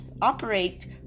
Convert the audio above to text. operate